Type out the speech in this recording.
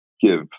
give